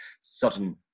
sudden